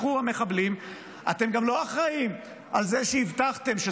אתם לא אחראים על שחרור המחבלים,